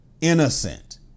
innocent